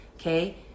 okay